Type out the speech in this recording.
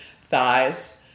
thighs